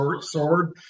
sword